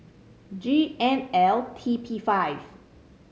G N L T P five